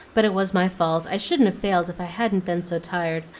but it was my fault i shouldn't have failed if i hadn't been so tired.